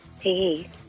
Hey